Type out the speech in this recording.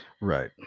right